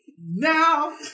Now